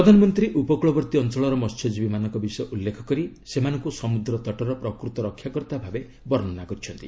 ପ୍ରଧାନମନ୍ତ୍ରୀ ଉପକୂଳବର୍ତ୍ତୀ ଅଞ୍ଚଳର ମହ୍ୟଜୀବୀମାନଙ୍କ ବିଷୟ ଉଲ୍ଲେଖ କରି ସେମାନଙ୍କୁ ସମୁଦ୍ର ତଟର ପ୍ରକୃତ ରକ୍ଷାକର୍ତ୍ତା ଭାବେ ବର୍ଣ୍ଣନା କରିଛନ୍ତି